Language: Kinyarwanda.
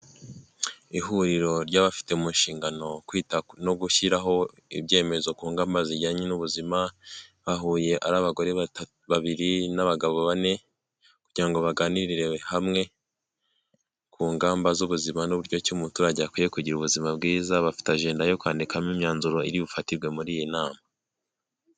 Ihuriro ry'abafite mu nshingano kwita no gushyiraho ibyemezo ku ngamba zijyanye n'ubuzima, bahuye ari abagore babiri n'abagabo bane, kugira ngo baganirire hamwe ku ingamba z'ubuzima n'uburyoki umuturage akwiye kugira ubuzima bwiza, bafite ajenda yo kwandikamo imyanzuro iri bufatirwe muri iyi nama.